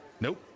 Nope